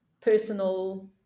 personal